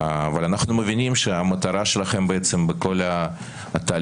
אבל אנחנו מבינים שהמטרה שלכם בכל התהליך